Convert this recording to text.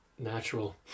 Natural